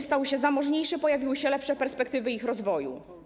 Stały się one zamożniejsze, pojawiły się lepsze perspektywy ich rozwoju.